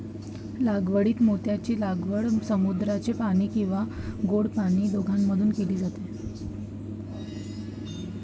लागवडीत मोत्यांची लागवड समुद्राचे पाणी किंवा गोड पाणी दोघांमध्ये केली जाते